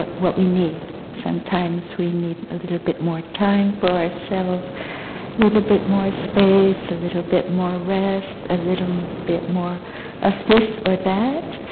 but what we need. sometimes we need a little bit more time for ourself, a little bit more space, a little bit more rest, a little bit more of this or that.